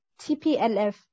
TPLF